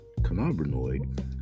cannabinoid